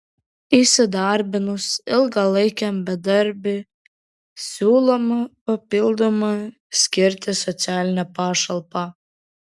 įsidarbinus ilgalaikiam bedarbiui siūloma papildomai skirti socialinę pašalpą